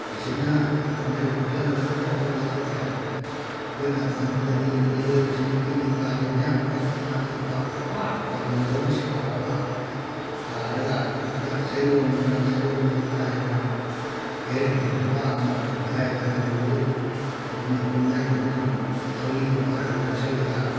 ꯃꯦꯆꯤꯟꯅ ꯈꯣꯝꯖꯜ ꯈꯣꯝꯖꯜꯂꯒ ꯀꯣꯛ ꯀꯣꯛ ꯌꯩꯊꯣꯛꯈ꯭ꯔꯦ ꯑꯩꯈꯣꯏꯅ ꯈꯪꯂꯛꯄꯗꯗꯤ ꯂꯧ ꯌꯩꯕꯁꯤ ꯅꯤꯄꯤ ꯅꯤꯄꯥꯁꯤ ꯃꯌꯥꯝ ꯐꯛ ꯑꯅ ꯑꯩꯈꯣꯏ ꯐꯛ ꯑꯄꯥꯛꯄ ꯌꯦꯡꯗꯧꯅ ꯁꯥꯕ ꯑꯃ ꯊꯥꯔꯒ ꯃꯗꯥ ꯆꯩꯔꯣꯡꯁꯤ ꯄꯥꯏꯗꯅ ꯌꯩꯔꯝꯃꯤ ꯅꯤꯄꯥ ꯑꯃꯅ ꯐꯧꯗꯤ ꯍꯥꯏꯕꯅ ꯐꯧꯁꯤ ꯃꯄꯨꯟ ꯃꯄꯨꯟ ꯃꯥꯏ ꯃꯈꯨꯠꯇꯨꯅ ꯊꯧꯔꯤ ꯑꯃ ꯄꯥꯏꯔꯒ ꯂꯥꯛꯁꯜꯂꯒ